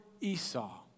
Esau